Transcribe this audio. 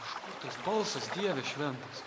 iš kur tas balsas dieve šventas